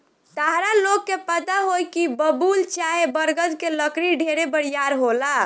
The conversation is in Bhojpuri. ताहरा लोग के पता होई की बबूल चाहे बरगद के लकड़ी ढेरे बरियार होला